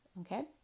okay